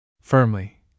Firmly